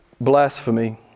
blasphemy